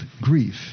grief